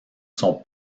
son